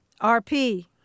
RP